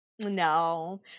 No